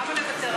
למה לוותר על זה?